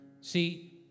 See